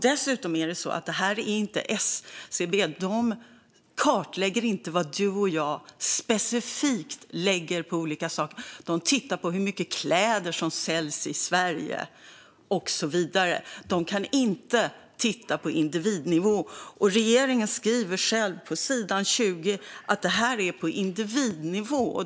Dessutom är det inte SCB. De kartlägger inte vad du och jag specifikt lägger på olika saker. De tittar på hur mycket kläder som säljs i Sverige och så vidare. De kan inte titta på individnivå. Regeringen skriver själv på sidan 20 att det är på individnivå.